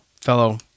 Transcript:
fellow